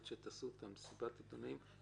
עד שתעשו את מסיבת העיתונאים,